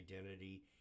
identity